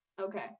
okay